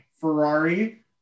Ferrari